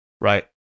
right